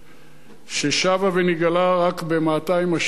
ושבה ונגאלה רק ב-200 השנים האחרונות.